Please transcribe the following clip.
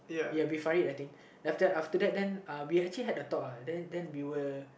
ya Bin-Farid I think then after after that then we actually had a talk uh then then we were